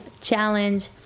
Challenge